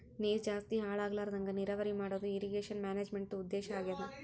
ನೀರ್ ಜಾಸ್ತಿ ಹಾಳ್ ಆಗ್ಲರದಂಗ್ ನೀರಾವರಿ ಮಾಡದು ಇರ್ರೀಗೇಷನ್ ಮ್ಯಾನೇಜ್ಮೆಂಟ್ದು ಉದ್ದೇಶ್ ಆಗ್ಯಾದ